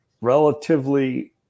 relatively –